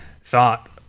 thought